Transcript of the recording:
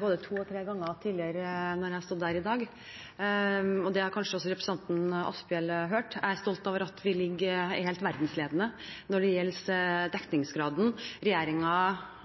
både to og tre ganger tidligere i dag. Det har kanskje også representanten Asphjell hørt. Jeg er stolt av at vi er verdensledende når det gjelder dekningsgraden.